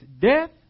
death